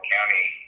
County